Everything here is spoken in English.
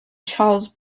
charles